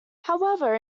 however